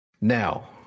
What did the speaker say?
Now